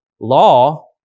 law